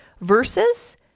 versus